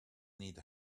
need